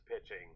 pitching